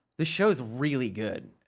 the show is really good.